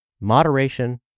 Moderation